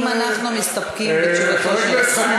אם אנחנו מסתפקים בתשובתו של השר,